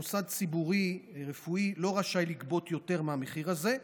מוסד ציבורי רפואי לא רשאי לגבות יותר מהמחיר הזה,